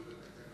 הכנסת ספר תורה,